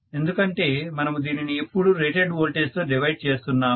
ఎందుకంటే మనము దీనిని ఎప్పుడూ రేటెడ్ వోల్టేజ్ తో డివైడ్ చేస్తున్నాము